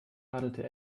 radelte